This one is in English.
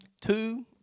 two